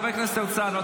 חבר הכנסת הרצנו,